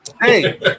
Hey